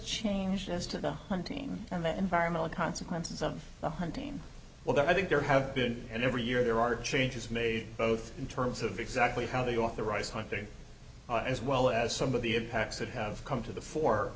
changes to the hunting and the environmental consequences of the hunting well that i think there have been and every year there are changes made both in terms of exactly how they authorize hunting as well as some of the impacts that have come to the fo